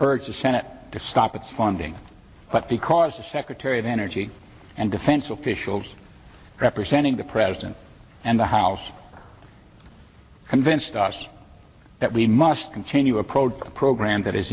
urge the senate to stop its funding but because the secretary of energy and defense officials representing the president and the house convinced us that we must continue a productive program that is